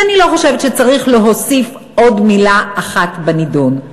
ואני לא חושבת שצריך להוסיף עוד מילה אחת בנדון.